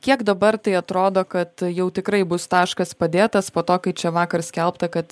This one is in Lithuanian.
kiek dabar tai atrodo kad jau tikrai bus taškas padėtas po to kai čia vakar skelbta kad